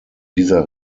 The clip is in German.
dieser